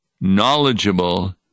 knowledgeable